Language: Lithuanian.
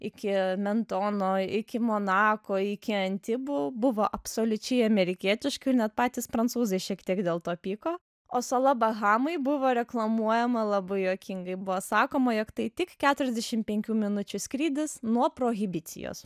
iki mentono iki monako iki antibų buvo absoliučiai amerikietiški net patys prancūzai šiek tiek dėl to pyko o sala bahamai buvo reklamuojama labai juokingai buvo sakoma jog tai tik keturiasdešim penkių minučių skrydis nuo prohibicijos